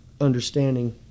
understanding